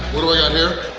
what do i got here?